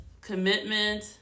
commitment